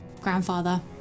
grandfather